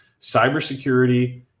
cybersecurity